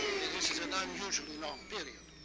this is an unusually long period.